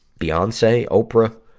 beyonce, oprah?